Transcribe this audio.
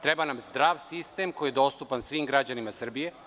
Treba nam zdrav sistem koji je dostupan svim građanima Srbije.